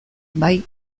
bai